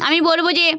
আমি বলব যে